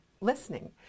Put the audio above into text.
listening